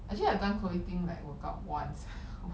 actually I've done Chloe Ting like workout once